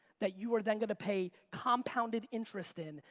that you are then gonna pay compounded interest in,